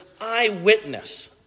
eyewitness